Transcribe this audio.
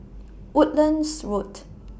Woodlands Road